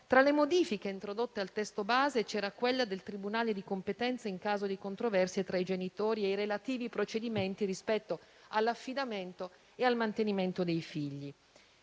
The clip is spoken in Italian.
Tra le modifiche introdotte al testo base vi era quella del tribunale di competenza in caso di controversie tra genitori e i relativi procedimenti rispetto all'affidamento e al mantenimento dei figli.